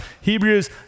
Hebrews